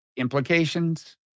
implications